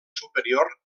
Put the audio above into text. superior